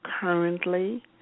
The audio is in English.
currently